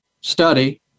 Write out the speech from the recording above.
study